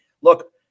look